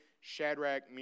Shadrach